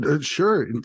Sure